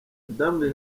madame